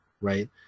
right